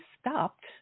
stopped